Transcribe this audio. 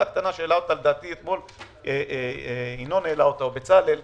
קטנה שהעלה אותה אתמול ינון אזולאי או בצלאל סמוטריץ'.